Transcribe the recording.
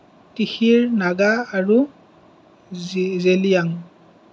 তিখিৰ নাগা আৰু জি জেলিয়াং